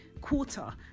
quarter